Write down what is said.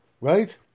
right